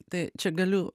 tai čia galiu